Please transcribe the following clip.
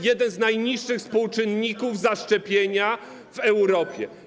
Jeden z najniższych współczynników zaszczepienia w Europie.